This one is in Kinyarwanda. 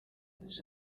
kuza